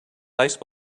ice